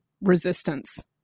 resistance